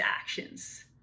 actions